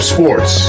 Sports